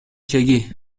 чеги